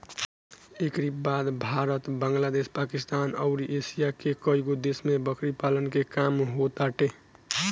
एकरी बाद भारत, बांग्लादेश, पाकिस्तान अउरी एशिया के कईगो देश में बकरी पालन के काम होताटे